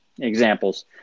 examples